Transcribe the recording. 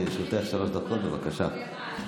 לרשותך שלוש דקות, בבקשה.